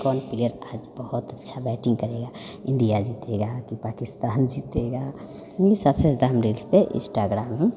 कौन प्लियर आज बहुत अच्छा बैटिंग करेगा इंडिया जीतेगा कि पाकिस्तान जीतेगा ये सबसे ज़्यादा हम रील्स पर इंस्टाग्राम